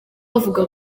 avuga